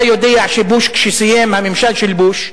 אתה יודע שהממשל של בוש,